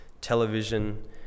television